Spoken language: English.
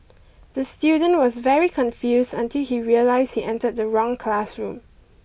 the student was very confused until he realised he entered the wrong classroom